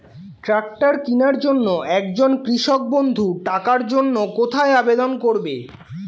Tractor কিনার জন্য একজন কৃষক বন্ধু টাকার জন্য কোথায় আবেদন করবে?